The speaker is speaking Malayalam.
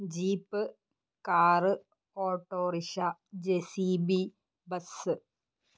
jeep car autorickshaw J C B bus